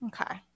Okay